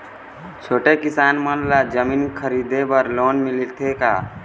छोटे किसान मन ला जमीन खरीदे बर लोन मिलथे का?